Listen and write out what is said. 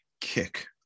kick